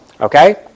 Okay